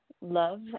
love